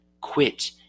quit